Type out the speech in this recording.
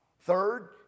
Third